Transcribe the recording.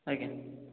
ଆଜ୍ଞା